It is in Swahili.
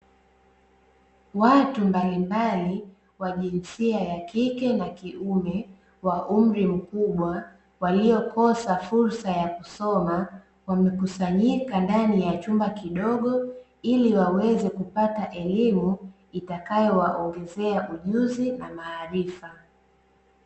Watu mbalimbali wa jinsia ya kike na kiume wa umri mkubwa waliokosa fursa ya kusoma, wamekusanyika ndani ya chumba kidogo ili waweze kupata elimu itakayowaongozea ujuzi na maarifa.